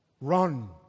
run